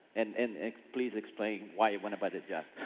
and and please explain why you went about it yet.